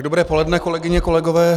Dobré poledne, kolegyně, kolegové.